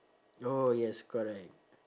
oh yes correct